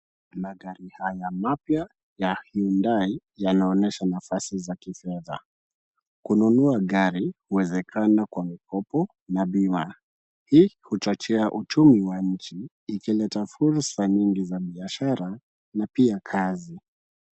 Magari haya mapya ya hyundai yanaonesha nafasi za kifedha. Kununua gari huwezekana kwa mkopo, na bima. Hii huchochea uchumi wa nchi ikileta fursa nyingi za biashara na pia kazi.